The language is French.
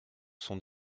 sont